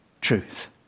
truth